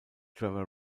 trevor